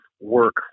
work